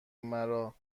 مرا